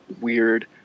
weird